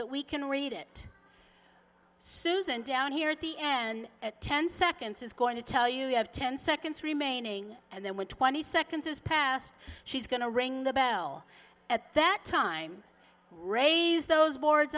that we can read it susan down here at the end at ten seconds is going to tell you you have ten seconds remaining and then when twenty seconds is passed she's going to ring the bell at that time raise those boards